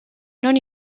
non